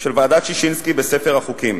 של ועדת-ששינסקי בספר החוקים.